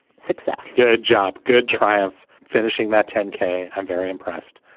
success good job. good try of finishing that ten k. i'm very impressed.